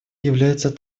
является